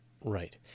right